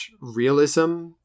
realism